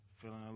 feeling